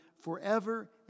forever